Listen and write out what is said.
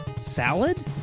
Salad